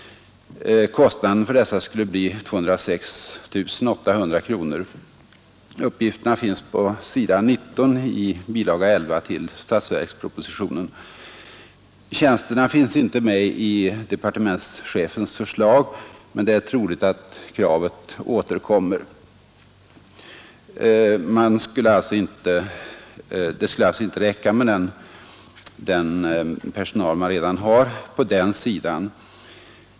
Kostnaden för detta skulle bli 206 800 kronor. Uppgifterna finns på s. 19 i bilaga 11 till statsverkspropositionen. Tjänsterna finns inte med i departementschefens förslag, men det är troligt att kravet återkommer. Det skulle alltså inte räcka med den personal som redan finns på den sidan.